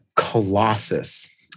Colossus